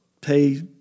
pay